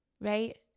Right